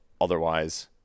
otherwise